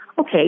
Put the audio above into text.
okay